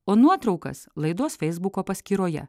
o nuotraukas laidos feisbuko paskyroje